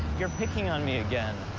you're picking on me again.